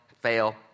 fail